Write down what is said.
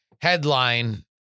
Headline